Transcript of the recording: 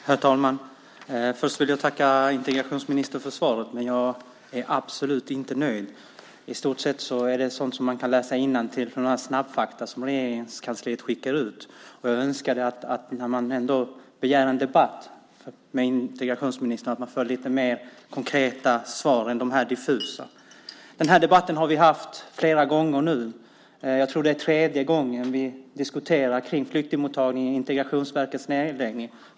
Herr talman! Först vill jag tacka integrationsministern för svaret, men jag är absolut inte nöjd. I stort sett är det sådant som man kan läsa innantill från snabbfakta som Regeringskansliet skickar ut. Jag önskade att när man ändå begär en debatt med integrationsministern man får lite mer konkreta svar än de här diffusa. Den här debatten har vi haft flera gånger nu. Jag tror att det är den tredje gången vi diskuterar kring flyktingmottagningen och Integrationsverkets nedläggning.